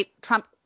Trump